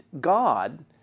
God